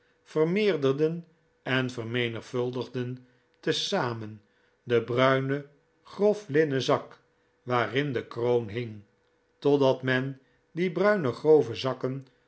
vermeerderden en vermenigvuldigden te zamen den bruinen grof linnen zak waarin de kroon hing totdat men die bruine grove zakken